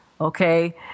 Okay